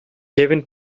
kevin